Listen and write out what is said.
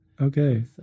Okay